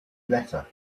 letter